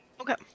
Okay